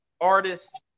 artists